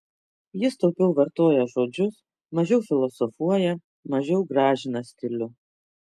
jis taupiau vartoja žodžius mažiau filosofuoja mažiau gražina stilių